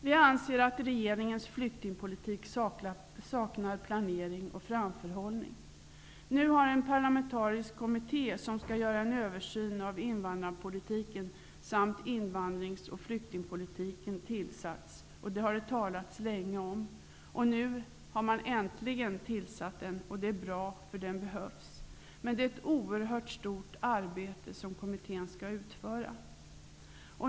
Vi anser att regeringens flyktingpolitik saknar planering och framförhållning. En parlamentarisk kommitté som skall göra en översyn av invandrarpolitiken samt invandrings och flyktingpolitiken har tillsatts. Det har länge talats om den, och nu är den äntligen tillsatt. Det är bra, därför att den behövs. Men det är ett oerhört stort arbete som kommittén skall utföra.